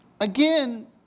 Again